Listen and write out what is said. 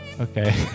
Okay